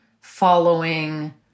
following